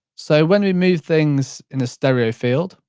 so, when we move things in the stereo field,